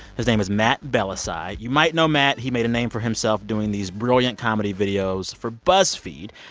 his name is matt bellassai. you might know matt. he made a name for himself doing these brilliant comedy videos for buzzfeed.